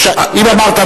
אם אמרת,